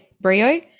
Brio